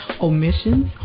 omissions